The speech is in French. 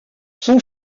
son